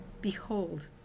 Behold